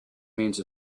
means